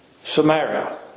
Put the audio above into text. Samaria